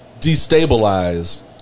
Destabilized